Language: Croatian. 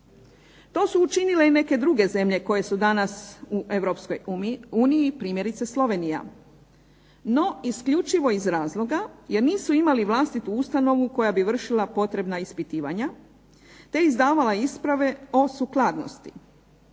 To su učinile i neke druge zemlje koje su danas u Europskoj uniji primjerice Slovenija, no upravo iz razloga jer nisu imali vlastitu ustanovu koja bi vršila dodatna ispitivanja te izdavala isprave o sukladnosti.